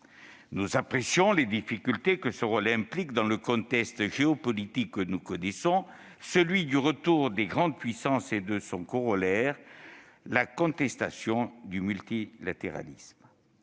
Nous apprécions les difficultés que ce rôle implique dans le contexte géopolitique que nous connaissons, celui du retour des grandes puissances et de son corollaire, la contestation du multilatéralisme.